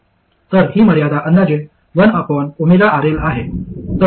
तर ही मर्यादा अंदाजे 1RL आहे